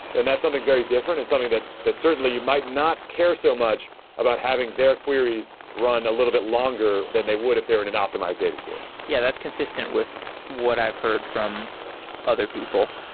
then that's something very different and something that certainly you might not care so much about having their queries run a little bit longer than they would if they're in an optimized data store. yeah, that's consistent with what i've heard from other people.